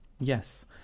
yes